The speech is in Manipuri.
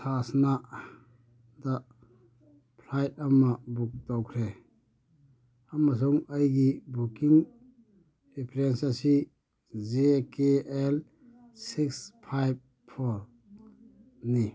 ꯊꯥꯁꯅꯥꯗ ꯐ꯭ꯂꯥꯏꯠ ꯑꯃ ꯕꯨꯛ ꯇꯧꯈ꯭ꯔꯦ ꯑꯃꯁꯨꯡ ꯑꯩꯒꯤ ꯕꯨꯛꯀꯤꯡ ꯔꯤꯐ꯭ꯔꯦꯟꯁ ꯑꯁꯤ J K L six five four ꯅꯤ